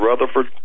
Rutherford